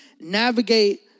navigate